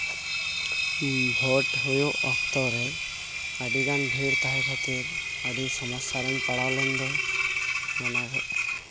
ᱵᱷᱳᱴ ᱦᱩᱭᱩᱜ ᱚᱠᱛᱚᱨᱮ ᱟᱹᱰᱤ ᱜᱟᱱ ᱵᱷᱤᱲ ᱛᱟᱦᱮᱸ ᱠᱷᱟᱹᱛᱤᱨ ᱟᱹᱰᱤ ᱥᱚᱢᱚᱥᱥᱟ ᱨᱤᱧ ᱯᱟᱲᱟᱣ ᱞᱮᱱ ᱫᱚ ᱚᱱᱟᱜᱮ